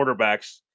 quarterbacks